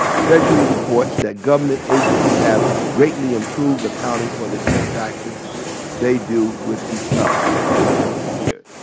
treasury reports that government agencies have greatly improved accounting for the transactions they do with each other happy to hear